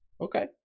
Okay